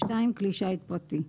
כלי שיט פרטי.